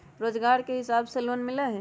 रोजगार के हिसाब से लोन मिलहई?